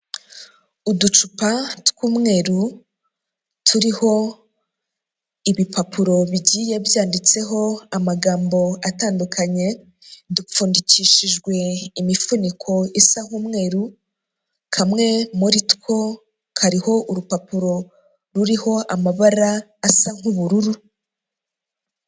Uducupa tw'umweru turiho ibipapuro bigiye byanditseho amagambo atandukanye, dupfundikishijwe imifuniko isa nk'umweruru kamwe muri two kariho urupapuro ruriho amabara asa nk'ubururu.